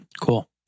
Cool